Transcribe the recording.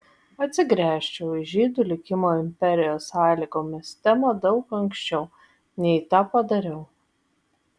atsigręžčiau į žydų likimo imperijos sąlygomis temą daug anksčiau nei tą padariau